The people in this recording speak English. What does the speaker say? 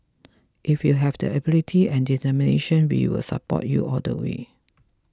if you have the ability and determination we will support you all the way